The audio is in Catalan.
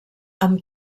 amb